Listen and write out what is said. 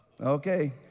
Okay